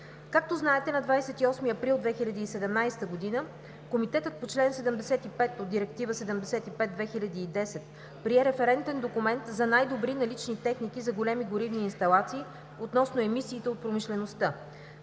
Както знаете, на 28 април 2017 г. Комитетът по чл. 75 от Директива 75/2010, прие референтен документ за най-добри налични техники за големи горивни инсталации относно емисиите от промишлеността.